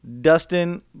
Dustin